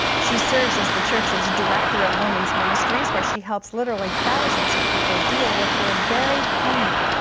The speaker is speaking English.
she serves as the church's director of women's ministries, where she helps literally thousands of people deal with their buried pain.